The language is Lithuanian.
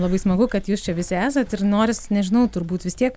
labai smagu kad jūs čia visi esat ir noris nežinau turbūt vis tiek